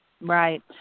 Right